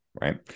right